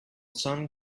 sun